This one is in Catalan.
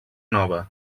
nova